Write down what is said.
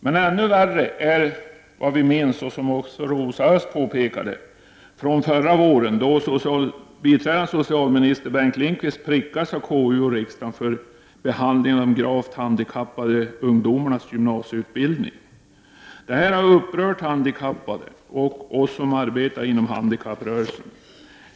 Men ännu värre är det som vi minns från förra våren, och som också Rosa Östh påpekade, då biträdande socialminister Bengt Lindqvist prickades av KU och riksdagen för sin behandling av de gravt handikappade ungdomarnas gymnasieutbildning. Detta har upprört handikappade och oss som arbetar inom handikapprörelsen.